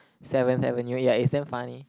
Seventh Avenue ya it's damn funny